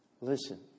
Listen